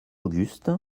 auguste